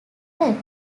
left